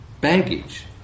baggage